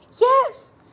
yes